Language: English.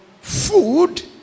Food